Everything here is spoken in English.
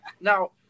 now